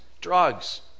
drugs